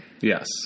Yes